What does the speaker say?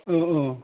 ओह ओह